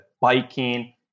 biking